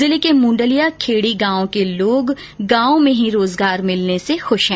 जिले के मूंडलिया खेडी गांव के लोग गांव में ही रोजगार मिलने से खुश है